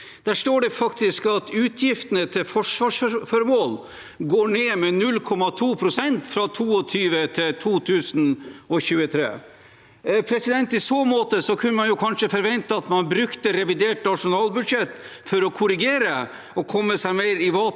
Der står det faktisk at utgiftene til forsvarsformål går ned med 0,2 pst. fra 2022 til 2023. I så måte kunne man kanskje forvente at man brukte revidert nasjonalbudsjett til å korrigere og komme seg mer i vater